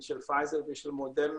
של פייזר ושל מודרנה,